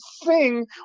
sing